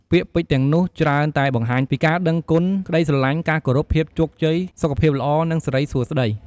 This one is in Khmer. ពាក្យពេចន៍ទាំងនោះច្រើនតែបង្ហាញពី ការដឹងគុណ ក្តីស្រឡាញ់ ការគោរព ភាពជោគជ័យ សុខភាពល្អ និងសិរីសួស្តី។